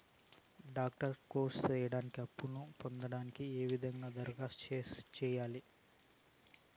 Doctor course సేయడానికి అప్పును పొందడానికి ఏ విధంగా దరఖాస్తు సేయాలి?